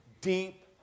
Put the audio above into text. deep